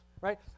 right